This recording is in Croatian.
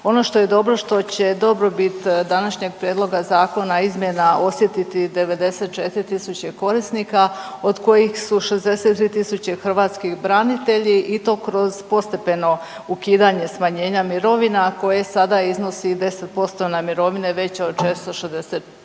Ono što je dobro, što će dobrobit današnjeg prijedloga zakona izmjena osjetiti 94 tisuće korisnika, od kojih su 63 tisuće hrvatskih branitelji i to kroz postepeno ukidanje smanjenja mirovina koje sada iznosi 10% na mirovine veće od 464